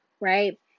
right